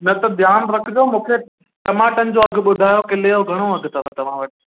न त ध्यानु रखिजो मूंखे टमाटनि जो अघु ॿुधायो किले जो घणो अघु अथव तव्हां वटि